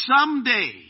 someday